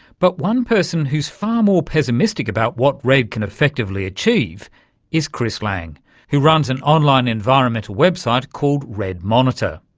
but one person who's far more pessimistic about what redd can effectively achieve is chris lang who runs an online environmental website called redd monitor.